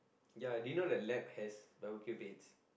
ya did you know that lab has barbecue beds